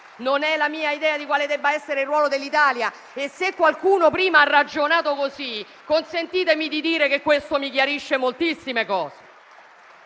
Non è la mia idea di quale debba essere il ruolo dell'Italia e, se qualcuno prima ha ragionato così, consentitemi di dire che questo mi chiarisce moltissime cose.